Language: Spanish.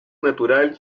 natural